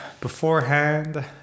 beforehand